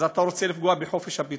אז אתה רוצה לפגוע בחופש הביטוי.